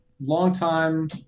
long-time